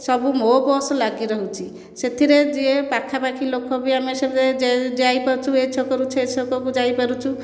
ସବୁ ମୋ ବସ ଲାଗି ରହୁଛି ସେଥିରେ ଯିଏ ପାଖାପାଖି ଲୋକ ବି ଆମେ ଯାଇପାରୁଛୁ ଏ ଛକରୁ ସେ ଛକ ଯାଇପାରୁଛୁ